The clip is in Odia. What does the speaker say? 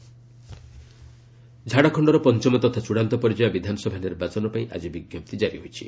ଝାଡ଼ଖଣ୍ଡ ଇଲେକ୍ସନ ଝାଡ଼ଖଣ୍ଡର ପଞ୍ଚମ ତଥା ଚୂଡ଼ାନ୍ତ ପର୍ଯ୍ୟାୟ ବିଧାନସଭା ନିର୍ବାଚନ ପାଇଁ ଆକି ବିଜ୍ଞପ୍ତି ଜାରି ହୋଇଛି